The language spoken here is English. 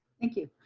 thank you.